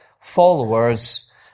followers